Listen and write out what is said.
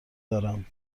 دارم